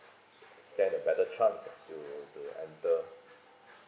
stand the better chance to to enter